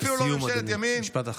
לסיום, אדוני, משפט אחרון.